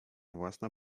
własna